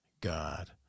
God